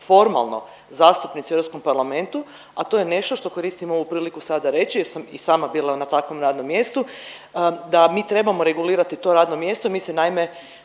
formalno zastupnici u EP-u, a to je nešto što koristim ovu priliku sada reći jer sam i sama bila na takvom radnom mjestu, da mi trebamo regulirati to radno mjesto. Mi se naime,